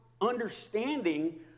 understanding